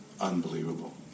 unbelievable